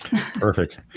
Perfect